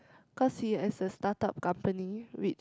cause he has a start up company which